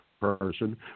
person